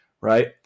right